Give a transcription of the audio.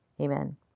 amen